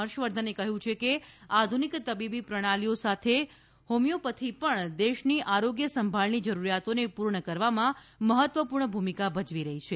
હર્ષવર્ધને કહ્યું છે કે આધુનિક તબીબી પ્રણાલીઓ સાથે હોમિયોપેથી પણ દેશની આરોગ્ય સંભાળની જરૂરિયાતોને પૂર્ણ કરવામાં મહત્વપૂર્ણ ભૂમિકા ભજવી રહી છે